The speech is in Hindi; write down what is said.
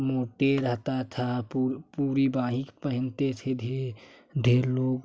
मोती रहता था पूरी पूरी बांह पहनते थे ढे ढेर लोग